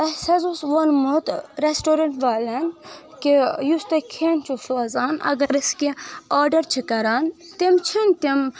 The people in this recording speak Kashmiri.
اَسہِ حظ اوس ووٚنمُت ریسٹورنٛٹ والٮ۪ن کہِ یُس تُہۍ کھین چھُو سوزان اگر أسۍ کیٚنٛہہ آرڈر چھِ کَران تِم چھِنہٕ تِم